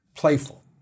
Playful